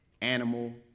animal